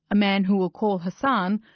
a man who we'll call hassan,